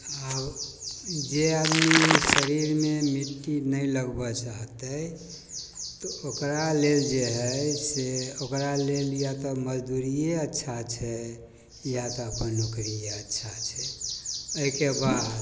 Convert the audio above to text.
आब जे आदमी शरीरमे मिट्टी नहि लगबऽ चाहतै तऽ ओकरा लेल जे हइ से ओकरा लेल या तऽ मजदूरिए अच्छा छै या तऽ अपन नौकरिए अच्छा छै एहिके बाद